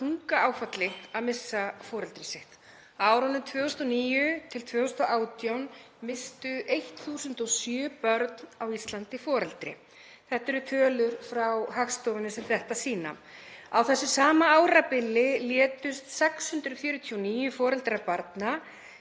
fyrir því þunga áfalli að missa foreldri sitt. Á árunum 2009–2018 misstu 1.007 börn á Íslandi foreldri. Það eru tölur frá Hagstofunni sem þetta sýna. Á þessu sama árabili létust 649 foreldrar barna